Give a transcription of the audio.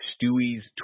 Stewie's